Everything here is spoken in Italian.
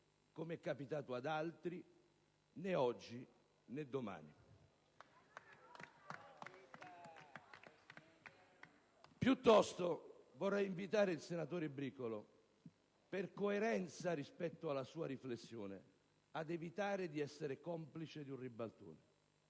come è capitato ad altri, né oggi, né domani.*(Applausi dal Gruppo FLI).* Piuttosto, vorrei invitare il senatore Bricolo, per coerenza rispetto alla sua riflessione, ad evitare di essere complice di un ribaltone.